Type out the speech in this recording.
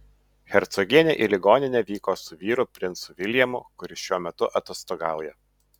hercogienė į ligoninę vyko su vyru princu viljamu kuris šiuo metu atostogauja